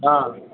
অঁ